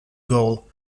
goal